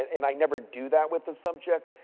and i never do that with the subject.